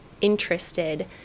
interested